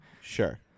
Sure